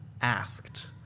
asked